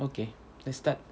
okay let's start